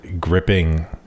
gripping